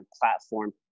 platform